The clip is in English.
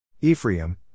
Ephraim